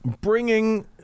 bringing